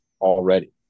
already